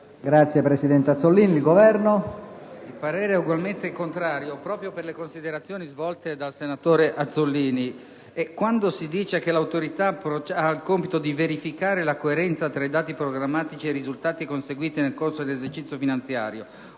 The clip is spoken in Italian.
e delle finanze*. Il parere è ugualmente contrario, proprio per le considerazioni svolte dal senatore Azzollini. Quando si dice che l'Autorità ha il compito di verificare la coerenza tra i dati programmatici e i risultati conseguiti nel corso dell'esercizio finanziario,